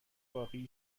باقی